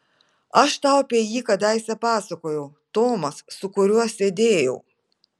aš tau apie jį kadaise pasakojau tomas su kuriuo sėdėjau